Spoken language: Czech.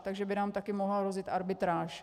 Takže by nám také mohla rozjet arbitráž.